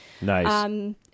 Nice